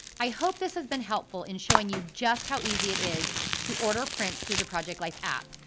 i hope this has been helpful in showing you just how easy it is to order prints through the project life app.